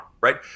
right